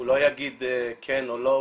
הוא לא יגיד כן או לא,